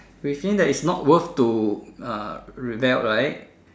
we've seen that it's not worth to uh rebel right